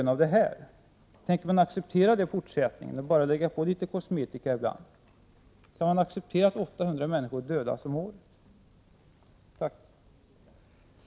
Tänker man i fortsättningen acceptera det och bara lägga på litet kosmetika ibland? Skall man acceptera att 800 människor om året dödas?